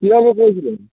কীভাবে পড়েছিলেন